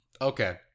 Okay